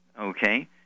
okay